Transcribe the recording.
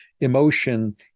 emotion